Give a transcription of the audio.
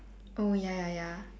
oh ya ya ya